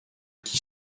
qui